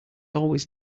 always